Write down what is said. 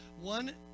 one